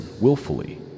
willfully